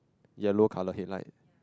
yellow colour headlight